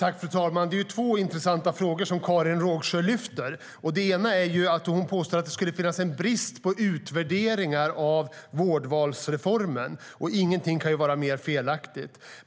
Fru talman! Det är intressanta frågor som Karin Rågsjö lyfter fram. Hon påstår att det skulle finnas brist på utvärderingar av vårdvalsreformen. Ingenting kan vara mer felaktigt.